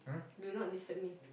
do not disturb me